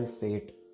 fate